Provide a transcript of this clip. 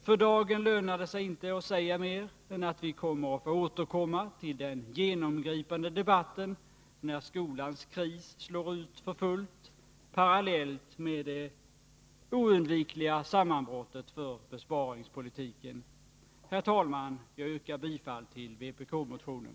För dagen lönar det sig inte att säga mer än att vi kommer att få återkomma till den genomgripande debatten när skolans kris slår ut för fullt parallellt med det oundvikliga sammanbrottet för besparingspolitiken. Herr talman! Jag yrkar bifall till vpk-motionen.